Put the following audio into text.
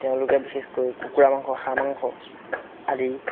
তেওঁলোকে বিশেষকৈ কুকুৰা মাংস হাঁহ মাংস আদি